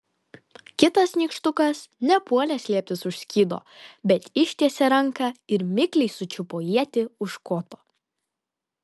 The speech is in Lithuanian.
kitas nykštukas nepuolė slėptis už skydo bet ištiesė ranką ir mikliai sučiupo ietį už koto